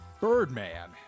Birdman